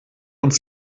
uns